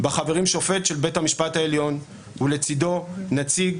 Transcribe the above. שבה חברים שופט של בית המשפט העליון ולצידו נציג